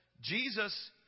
Jesus